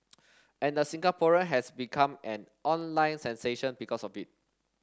and the Singaporean has become an online sensation because of it